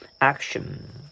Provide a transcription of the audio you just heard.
action